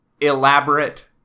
Elaborate